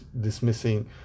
dismissing